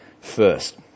first